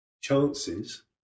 chances